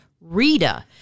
Rita